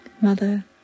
Mother